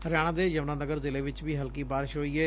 ਹਰਿਆਣਾ ਦੇ ਯਮੁਨਾ ਨਗਰ ਜ਼ਿਲ਼ੇ ਚ ਵੀ ਹਲਕੀ ਬਾਰਿਸ਼ ਹੋਈ ਏ